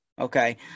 Okay